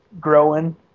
growing